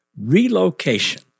Relocation